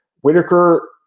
Whitaker